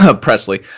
Presley